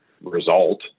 result